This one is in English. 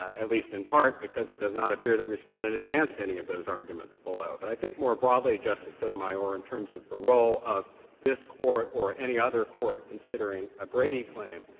at least in part, because it does not appear that respondent advanced any of those arguments below. but i think more broadly, justice sotomayor, in terms of the role of this court or any other court considering a brady claim,